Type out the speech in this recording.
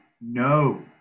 no